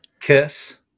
Kiss